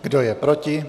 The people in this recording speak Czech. Kdo je proti?